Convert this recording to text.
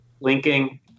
Linking